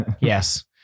yes